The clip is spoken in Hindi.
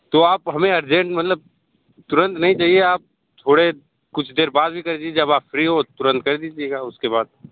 तो आप हमें अर्जेन्ट मतलब तुरंत नहीं चाहिए आप थोड़े कुछ देर बाद भी कर दीजिए जब आप फ्री हो तुरंत कर दीजियेगा उसके बाद